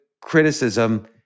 criticism